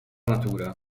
natura